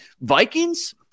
Vikings